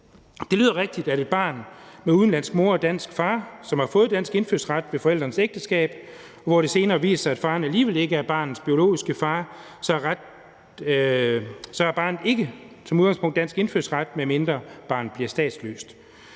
Det lyder rigtigt, at et barn med en udenlandsk mor og en dansk far, som har fået dansk indfødsret ved forældrenes ægteskab, og hvor det senere viser sig, at faren alligevel ikke er barnets biologiske far, så ikke som udgangspunkt har dansk indfødsret, medmindre barnet bliver statsløst.